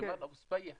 ג'מאל אבו צבייח,